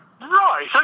Right